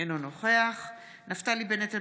אינו נוכח נפתלי בנט,